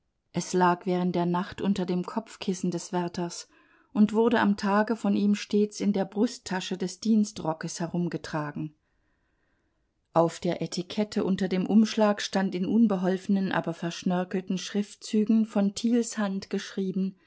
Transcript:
es lag während der nacht unter dem kopfkissen des wärters und wurde am tage von ihm stets in der brusttasche des dienstrockes herumgetragen auf der etikette unter dem umschlag stand in unbeholfenen aber verschnörkelten schriftzügen von thiels hand geschrieben